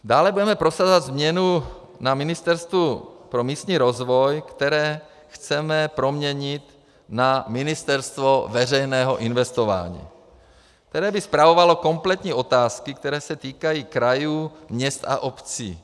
Dále budeme prosazovat změnu na Ministerstvu pro místní rozvoj, které chceme proměnit na ministerstvo veřejného investování, které by spravovalo kompletní otázky, které se týkají krajů, měst a obcí.